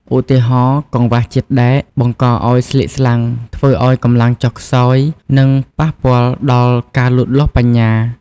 ឧទាហរណ៍ កង្វះជាតិដែក បង្កឱ្យស្លេកស្លាំង ធ្វើឱ្យកម្លាំងចុះខ្សោយ និងប៉ះពាល់ដល់ការលូតលាស់បញ្ញា។